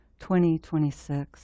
2026